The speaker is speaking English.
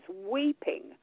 weeping